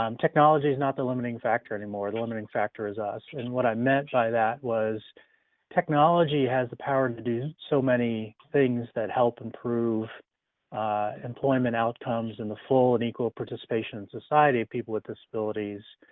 um technology is not the limiting factor anymore. the limiting factor is us, and what i meant by that was technology has the power to do so many things that help improve employment outcomes in the full and equal participation in society of people with disabilities.